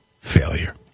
failure